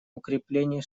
укрепление